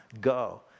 go